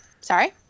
sorry